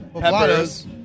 peppers